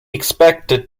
expected